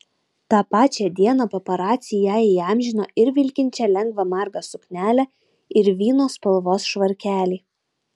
tą pačią dieną paparaciai ją įamžino ir vilkinčią lengvą margą suknelę ir vyno spalvos švarkelį